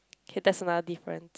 okay that's another difference